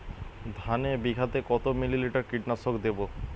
ধানে বিঘাতে কত মিলি লিটার কীটনাশক দেবো?